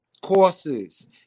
courses